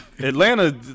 Atlanta